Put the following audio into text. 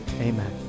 Amen